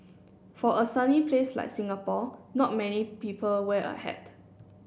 for a sunny place like Singapore not many people wear a hat